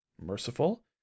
merciful